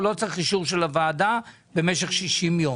הוא לא צריך את אישור ועדת הכספים במשך 60 ימים.